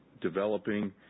Developing